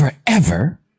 forever